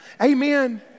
Amen